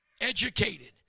educated